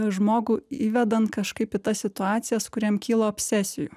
žmogų įvedant kažkaip į tas situacijas kur jam kyla obsesijų